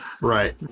right